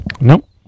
Nope